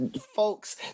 folks